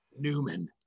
newman